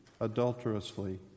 adulterously